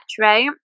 right